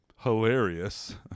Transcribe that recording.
Hilarious